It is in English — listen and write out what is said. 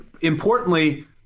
importantly